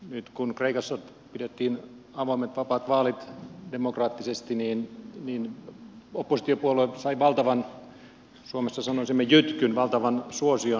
nyt kun kreikassa pidettiin avoimet vapaat vaalit demokraattisesti niin oppositiopuolue sai valtavan suomessa sanoisimme jytkyn valtavan suosion